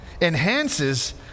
enhances